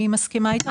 אני מסכימה איתך.